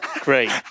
Great